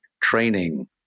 training